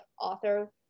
author